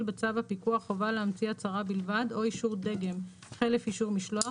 בצו הפיקוח חובה להמציא הצהרה בלבד או אישור דגם חלף אישור משלוח